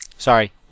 Sorry